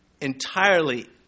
Entirely